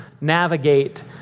navigate